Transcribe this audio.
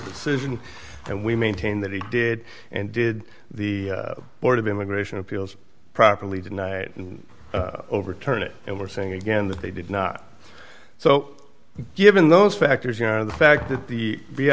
decision and we maintain that he did and did the board of immigration appeals properly tonight and overturn it and we're saying again that they did not so given those factors you know the fact that the